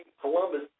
Columbus